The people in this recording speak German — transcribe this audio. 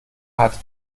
hat